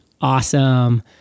Awesome